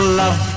love